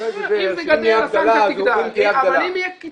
בצלאל אמר שאם תהיה הגדלה --- אם זה גדל הסנקציה תגדל,